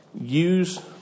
use